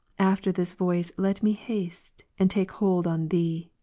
after this voice let me haste, and take hold on thee.